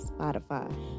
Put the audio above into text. Spotify